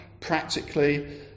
practically